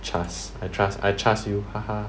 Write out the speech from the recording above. CHAS I CHAS I trust you